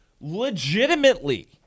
legitimately